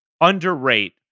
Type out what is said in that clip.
underrate